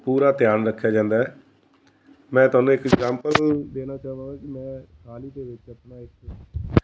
ਪੂਰਾ ਧਿਆਨ ਰੱਖਿਆ ਜਾਂਦਾ ਹੈ ਮੈਂ ਤੁਹਾਨੂੰ ਇੱਕ ਇਗਜਾਮਪਲ ਦੇਣਾ ਚਾਹਵਾਂਗਾ ਕਿ ਮੈਂ ਹਾਲ ਹੀ ਦੇ ਵਿੱਚ ਆਪਣਾ ਇੱਕ